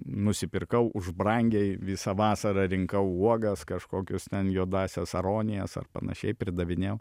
nusipirkau už brangiai visą vasarą rinkau uogas kažkokius ten juodąsias aronijas ar panašiai pridavinėjau